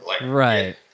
Right